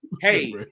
hey